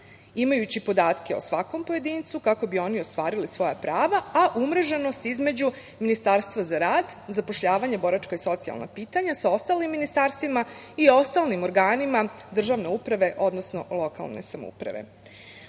imajući podatke o svakom pojedincu kako bi oni ostvarili svoja prava, a umreženost između Ministarstva za rad, zapošljavanje, boračka i socijalna pitanja sa ostalim ministarstvima i ostalim organima državne uprave, odnosno lokalne samouprave.U